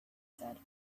said